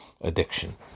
addiction